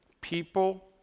people